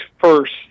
first